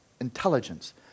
intelligence